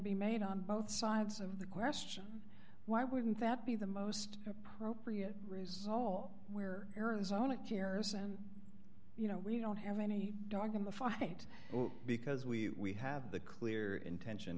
be made on both sides of the question why wouldn't that be the most appropriate rizal where arizona cares and you know we don't have any dog in the fight because we have the clear intention